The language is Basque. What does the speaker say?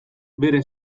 bere